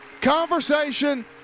conversation